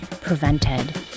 PreventEd